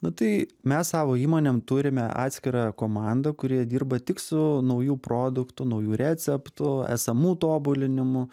nu tai mes savo įmonėm turime atskirą komandą kurie dirba tik su naujų produktų naujų receptų esamų tobulinimu